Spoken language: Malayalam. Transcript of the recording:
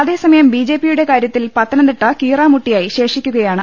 അതേസമയം ബിജെപിയുടെ കാര്യത്തിൽ പത്തനംതിട്ട കീറാമുട്ടിയായി ശേഷിക്കുകയാണ്